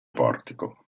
portico